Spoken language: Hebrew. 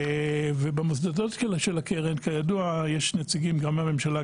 ובמוסדות של הקרן כידוע יש נציגים גם מהממשלה,